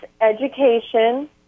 education